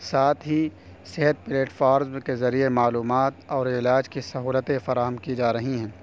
ساتھ ہی صحت پلیٹفاروز کے ذریعے معلومات اور علاج کی سہولتیں فراہم کی جا رہی ہیں